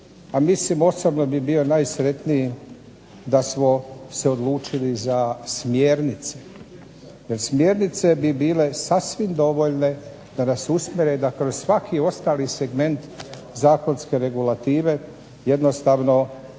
a mislim osobno bih bio najsretniji da smo se odlučili za smjernice jer smjernice bi bile sasvim dovoljne da nas usmjere da kroz svaki ostali segment zakonske regulative jednostavno